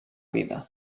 vida